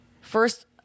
First